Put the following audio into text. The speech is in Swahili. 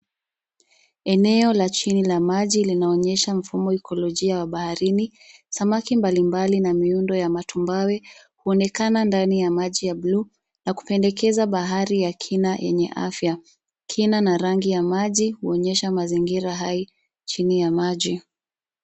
Eneo la chini la maji linaonyesha mfumo wa ekolojia ya baharini. Samaki mbalimbali na miundo ya matumbawe huonekana huonekana ndani ya maji ya blue na kupendekeza bahari ya kina yenye afya. Kina na rangi ya maji huonyesha mazingira hai chini ya maji.